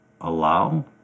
Allow